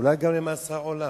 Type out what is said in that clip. אולי גם למאסר עולם.